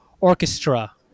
orchestra